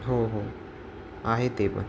हो हो आहे ते पण